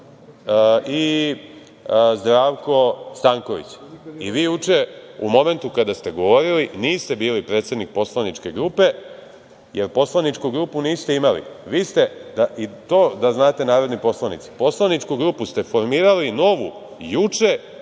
i Zdravko Stanković. Juče u momentu kada ste govorili niste bili predsednik poslaničke grupe, jer poslaničku grupu niste imali. Vi ste, i to da znate narodni poslanici, poslaničku grupu ste novu formirali juče